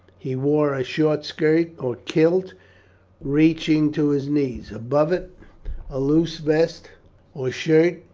he wore a short skirt or kilt reaching to his knees. above it a loose vest or shirt,